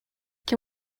can